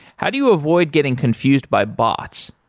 how do you avoid getting confused by bots?